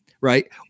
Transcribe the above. right